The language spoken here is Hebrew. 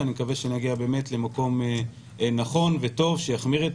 ואני מקווה שנגיע למקום באמת נכון וטוב שיחמיר את